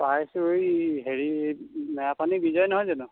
পাইছোঁ এই হেৰি মেৰাপানীৰ বিজয় নহয় জানো